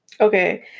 Okay